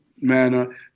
manner